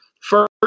first